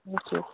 see you